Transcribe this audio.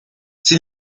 sie